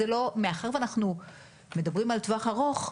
שמאחר ואנחנו מדברים על טווח ארוך,